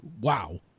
wow